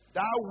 Thou